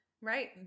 right